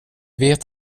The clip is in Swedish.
vet